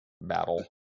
battle